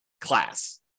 class